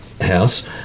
house